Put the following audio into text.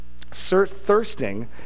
Thirsting